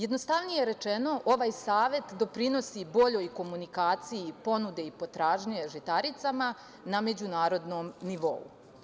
Jednostavnije rečeno, ovaj Savet doprinosi boljoj komunikaciji ponude i potražnje žitaricama na međunarodnom nivou.